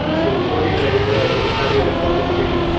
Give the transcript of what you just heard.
so would go to your editor, you would have your repository.